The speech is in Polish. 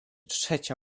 trzecia